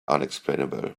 unexplainable